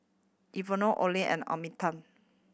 Ivonne Olen and Arminta